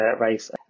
race